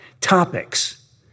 topics